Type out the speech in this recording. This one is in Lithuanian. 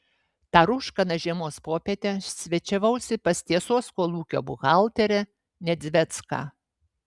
tą rūškaną žiemos popietę svečiavausi pas tiesos kolūkio buhalterę nedzvecką